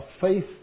faith